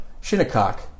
Shinnecock